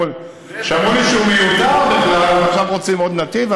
שאמרו לי שהוא מיותר בכלל ועכשיו רוצים עוד נתיב.